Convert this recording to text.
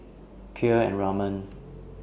Kheer and Ramen